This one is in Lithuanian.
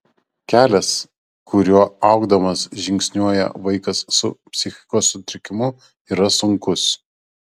kelias kuriuo augdamas žingsniuoja vaikas su psichikos sutrikimu yra sunkus